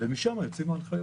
ומשם יוצאות ההנחיות.